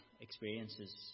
experiences